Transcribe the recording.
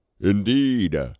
Indeed